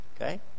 Okay